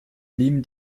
blieben